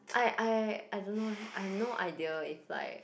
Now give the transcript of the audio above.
I I I don't know leh I have no idea if like